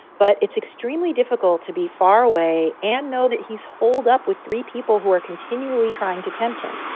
but it's extremely difficult to be far away and know that he's holed up with three people who are continually trying to tempt him.